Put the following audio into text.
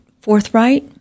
forthright